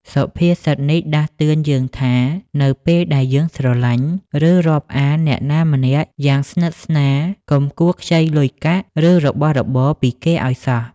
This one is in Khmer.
សុភាសិតនេះដាស់តឿនយើងថា នៅពេលដែលយើងស្រឡាញ់ ឬរាប់អានអ្នកណាម្នាក់យ៉ាងស្និទ្ធស្នាល កុំគួរខ្ចីលុយកាក់ ឬរបស់របរពីគេឲ្យសោះ។